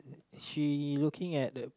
she looking at the